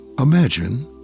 Imagine